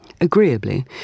Agreeably